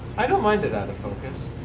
i don't mind it out of focus.